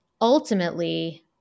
Ultimately